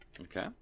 Okay